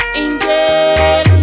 angel